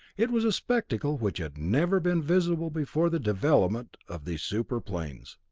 it was a spectacle which had never been visible before the development of these super-planes.